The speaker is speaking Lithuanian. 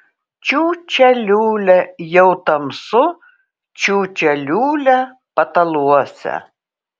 čiūčia liūlia jau tamsu čiūčia liūlia pataluose